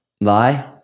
lie